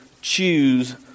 choose